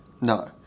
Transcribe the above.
No